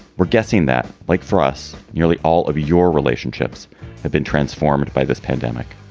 we're guessing that, like for us, nearly all of your relationships have been transformed by this pandemic.